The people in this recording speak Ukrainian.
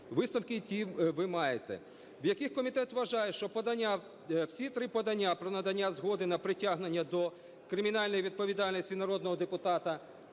Висновки ті ви маєте, в яких комітет вважає, що всі три подання про надання згоди на притягнення до кримінальної відповідальності народного депутата